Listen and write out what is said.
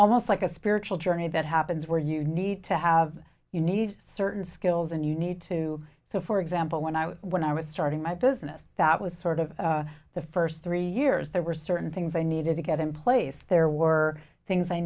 almost like a spiritual journey that happens where you need to have you need certain skills and you need to so for example when i was when i was starting my business that was sort of the first three years there were certain things i needed to get in place there were things i